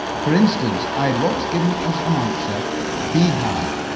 for instance, i had once given as an answer bee-hive,